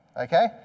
Okay